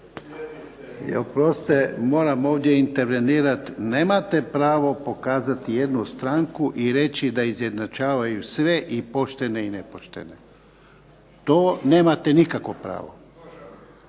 Oprostite, moram ovdje intervenirati. Nemate pravo pokazati jednu stranku i reći da izjednačava sve, i poštene i nepoštene. To nemate nikakvo pravo.